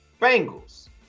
Bengals